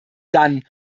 dunn